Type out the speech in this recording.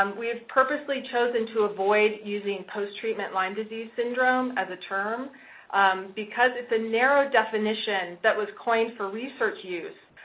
um we have purposely chosen to avoid using post-treatment lyme disease syndrome, as a term because it's a narrow definition that was coined for research use.